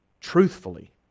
truthfully